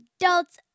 adults